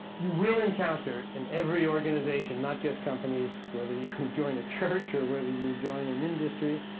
you will encounter, in every organization, not just companies whether you join a church or whether you join an industry,